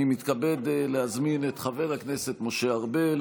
אני מתכבד להזמין את חבר הכנסת משה ארבל